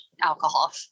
alcohol